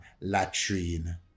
latrine